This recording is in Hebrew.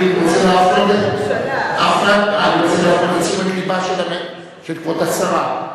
אני רוצה להפנות את תשומת לבה של כבוד השרה,